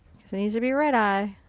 he needs to be red eyed.